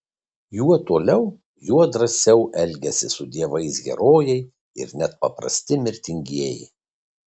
juo toliau juo drąsiau elgiasi su dievais herojai ir net paprasti mirtingieji